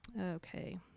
okay